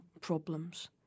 problems